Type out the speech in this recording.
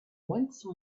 once